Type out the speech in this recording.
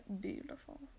beautiful